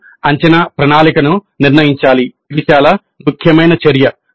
మేము అంచనా ప్రణాళికను నిర్ణయించాలి ఇది చాలా ముఖ్యమైన చర్య